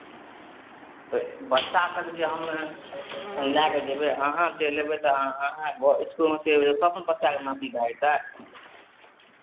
तऽ बच्चा सभकेँ जे हम लए कऽ जेबै अहाँ चलि लेबै तऽ अहाँ इसकुलमे चलि अयबै तब ने बच्चाके नापी भए जेतै